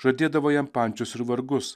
žadėdavo jam pančius ir vargus